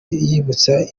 yibutsa